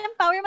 empowerment